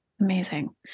Amazing